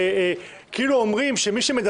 סרטי וידאו שפורסמו תחת שמות